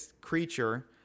creature